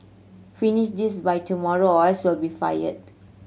finish this by tomorrow or else you'll be fired